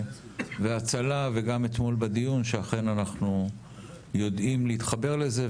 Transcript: והצלה וגם אתמול בדיון שאכן אנחנו יודעים להתחבר לזה,